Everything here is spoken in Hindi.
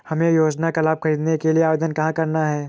हमें योजना का लाभ ख़रीदने के लिए आवेदन कहाँ करना है?